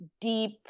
deep